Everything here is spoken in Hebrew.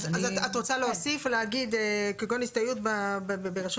אז את רוצה להוסיף ולהגיד כגון הסתייעות ברשות